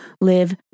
live